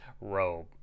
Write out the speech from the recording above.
robe